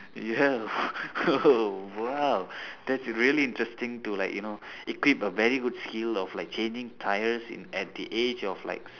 ya oh !wow! that's really interesting to like you know equip a very good skill of like changing tyres in at the age of like